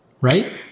right